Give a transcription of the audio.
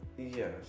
Yes